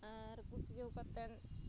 ᱟᱨ ᱠᱩᱥᱭᱟᱹᱣ ᱠᱟᱛᱮᱱ